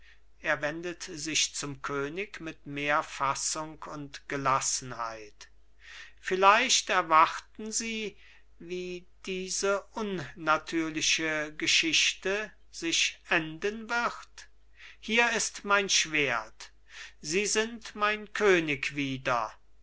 er wendet sich zum könig mit mehr fassung und gelassenheit vielleicht erwarten sie wie diese unnatürliche geschichte sich enden wird hier ist mein schwert sie sind mein könig wieder